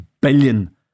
billion